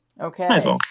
Okay